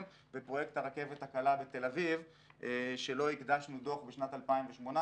ופרויקט הרכבת הקלה בתל אביב שלו הקדשנו דוח בשנת 2018,